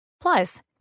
Plus